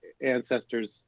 ancestors